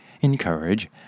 encourage